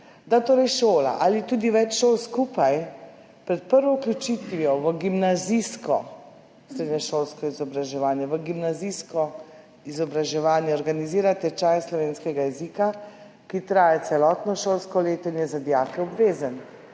da šola ali tudi več šol skupaj pred prvo vključitvijo v gimnazijsko srednješolsko izobraževanje, v gimnazijsko izobraževanje, organizira tečaj slovenskega jezika, ki traja celotno šolsko leto in je za dijake obvezen.